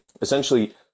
essentially